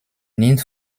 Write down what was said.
need